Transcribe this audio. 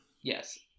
Yes